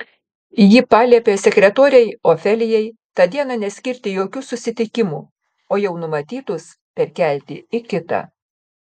ji paliepė sekretorei ofelijai tą dieną neskirti jokių susitikimų o jau numatytus perkelti į kitą